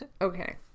Okay